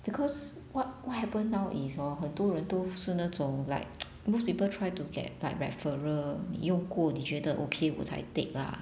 because what what happen now is hor 很多人都是那种 like most people try to get like referral 你用过你觉得 okay 我才 take lah